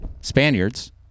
Spaniards